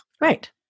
Right